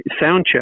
Soundcheck